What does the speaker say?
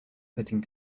putting